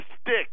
stick